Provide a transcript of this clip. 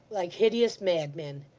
like hideous madmen.